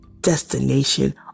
destination